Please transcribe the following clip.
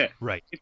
Right